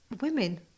women